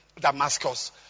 Damascus